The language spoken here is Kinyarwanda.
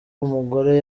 umugore